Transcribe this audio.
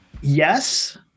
Yes